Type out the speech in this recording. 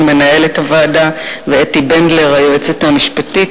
מנהלת הוועדה ואתי בנדלר היועצת המשפטית,